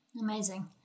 amazing